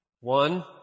One